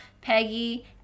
Peggy